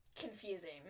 Confusing